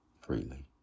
freely